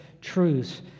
truths